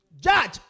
Judge